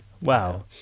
Wow